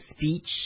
speech